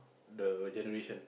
the generation